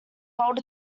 bold